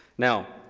now,